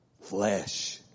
flesh